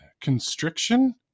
constriction